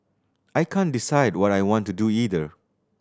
I can't decide what I want to do either